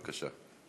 בבקשה.